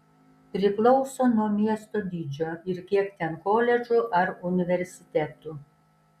priklauso nuo miesto dydžio ir kiek ten koledžų ar universitetų